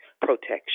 protection